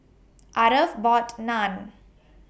Aarav bought Naan